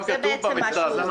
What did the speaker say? אנחנו